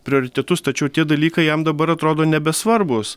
prioritetus tačiau tie dalykai jam dabar atrodo nebesvarbūs